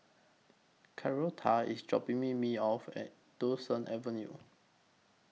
Carlotta IS dropping Me Me off At Duchess Avenue